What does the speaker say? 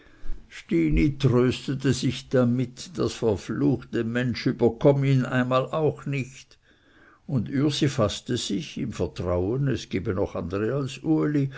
stini tröstete sich damit das verfluchte mönsch überkömm ihn emel auch nicht und ürsi faßte sich im vertrauen es gebe noch andere als uli